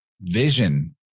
vision